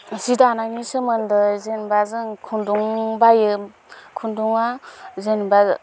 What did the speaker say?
जि दानायनि सोमोन्दै जेनेबा जों खुन्दुं बायो खुन्दुंआ जेनेबा